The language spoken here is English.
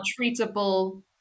treatable